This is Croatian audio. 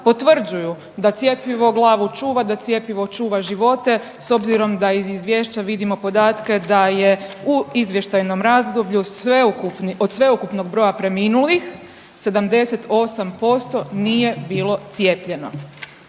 potvrđuju da cjepivo glavu čuva, da cjepivo čuva živote s obzirom da i iz izvješća vidimo podatke da je u izvještajnom razdoblju od sveukupnog broja preminulih, 78% nije bilo cijepljeno.